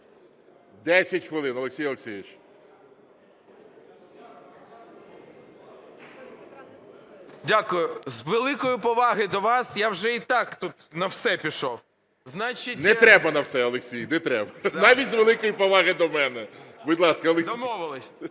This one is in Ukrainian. Дякую. З великої поваги до вас, я вже і так тут на все пішов. ГОЛОВУЮЧИЙ. Не треба на все, Олексій, не треба. Навіть з великої поваги до мене. Будь